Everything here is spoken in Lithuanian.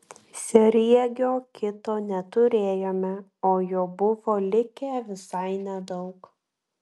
sriegio kito neturėjome o jo buvo likę visai nedaug